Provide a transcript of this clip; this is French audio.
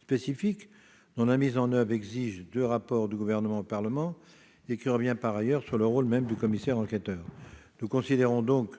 spécifique, dont la mise en oeuvre exige la remise de deux rapports par le Gouvernement au Parlement, et qui revient, par ailleurs, sur le rôle même du commissaire-enquêteur. Considérant que